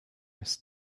his